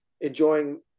enjoying